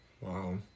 Wow